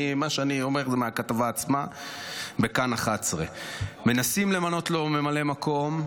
מה שאני אומר הוא מהכתבה עצמה בכאן 11. מנסים למנות לו ממלא מקום.